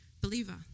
believer